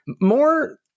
More